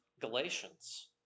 Galatians